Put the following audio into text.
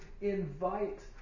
invite